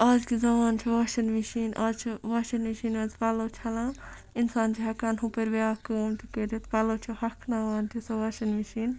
اَزکِس زمان چھِ washing machine آز چھِ واشن مِشیٖن آز پَلَو چھَلان اِنسان چھِ ہٮ۪کان ہُپٲرۍ بیٛاکھ کٲم تہِ کٔرِتھ پَلَو چھِ ہۄکھناوان تہِ سۄ واشن مِشیٖن